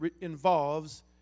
involves